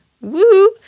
Woo